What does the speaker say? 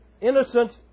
Innocent